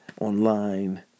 online